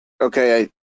okay